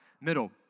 Middle